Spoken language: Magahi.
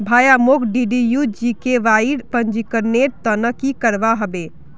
भाया, मोक डीडीयू जीकेवाईर पंजीकरनेर त न की करवा ह बे